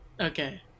Okay